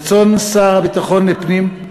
ברצון שר ביטחון הפנים,